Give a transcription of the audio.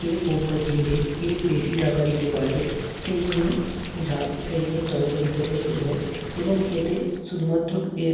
কে পণ্য কিনবে কে বেশি টাকা দিতে পারবে সেই নিয়ে যা সেই নিয়ে তর্ক বিতর্ক শুরু হয় এবং এতে শুধুমাত্র এ